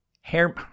hair